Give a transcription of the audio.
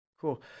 Cool